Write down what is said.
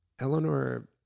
Eleanor